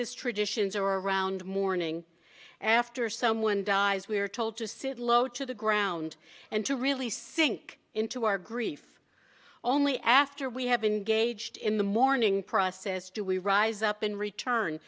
wise's traditions are around morning after someone dies we are told to sit low to the ground and to really sink into our grief only after we have been gauged in the morning process do we rise up and return